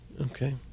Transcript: Okay